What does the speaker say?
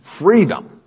freedom